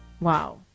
Wow